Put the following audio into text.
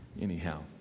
anyhow